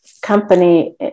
company